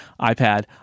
ipad